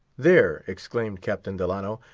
there, exclaimed captain delano,